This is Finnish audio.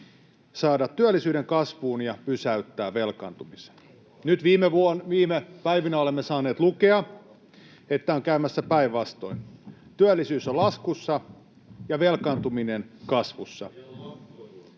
saada työllisyyden kasvuun ja pysäyttää velkaantumisen. Viime päivinä olemme saaneet lukea, että on käymässä päinvastoin: työllisyys on laskussa ja velkaantuminen kasvussa,